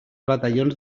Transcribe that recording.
batallons